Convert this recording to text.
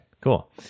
cool